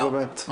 נו, באמת.